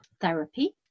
Therapy